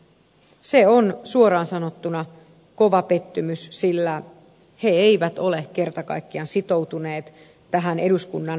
se on suoraan sanottuna kova pettymys sillä he eivät ole kerta kaikkiaan sitoutuneet tähän eduskunnan tahtotilaan riittävällä tavalla